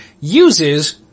uses